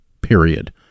period